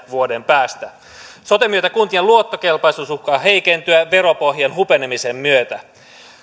vuoden päästä soten myötä kuntien luottokelpoisuus uhkaa heikentyä veropohjien hupenemisen myötä